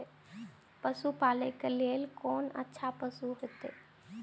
पशु पालै के लेल कोन अच्छा पशु होयत?